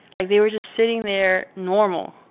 like, they were just sitting there normal